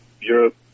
Europe